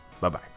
Bye-bye